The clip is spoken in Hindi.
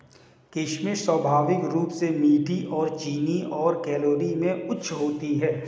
किशमिश स्वाभाविक रूप से मीठी और चीनी और कैलोरी में उच्च होती है